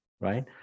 right